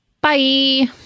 Bye